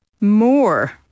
more